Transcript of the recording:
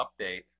update